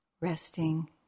Resting